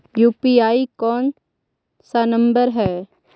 UPI कोन सा number हैं?